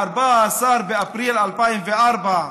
ב-14 באפריל 2004,